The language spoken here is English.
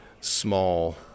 small